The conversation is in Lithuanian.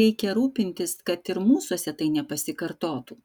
reikia rūpintis kad ir mūsuose tai nepasikartotų